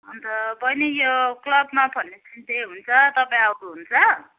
अन्त बहिनी यो क्लबमा फाउनडेसन डे हुन्छ तपाईँ आउनु हुन्छ